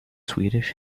swedish